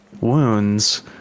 wounds